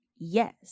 Yes